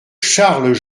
charles